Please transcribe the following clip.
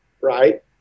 right